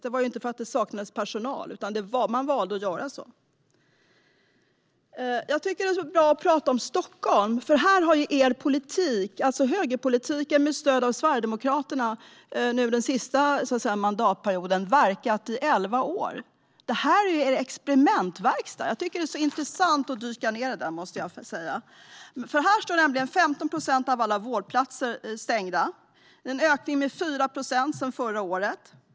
Det var alltså inte för att det saknades personal utan för att man helt enkelt valde att göra så. Här i Stockholm har högerpolitiken, med stöd av Sverigedemokraterna under den senaste mandatperioden, varit rådande i elva år. Detta är er experimentverkstad. Det är intressant att dyka ned där, måste jag säga. Här är 15 procent av alla vårdplatser stängda. Det är en ökning med 4 procent sedan förra året.